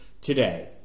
today